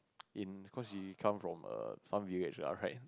in because she come from err some village ah right